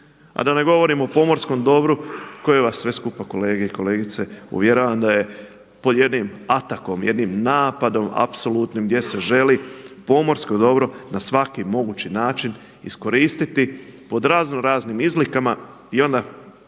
a da ne govorim o pomorskom dobru koji vas sve skupa kolege i kolegice uvjeravam da je pod jednim atakom, jednim napadom apsolutnim gdje se želi pomorsko dobro na svaki mogući način iskoristiti pod razno raznim izlikama i onda